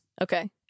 Okay